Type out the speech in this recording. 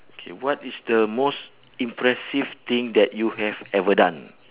K what is the most impressive thing that you have ever done